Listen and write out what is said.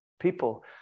people